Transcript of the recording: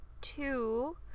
two